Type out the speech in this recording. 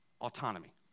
Autonomy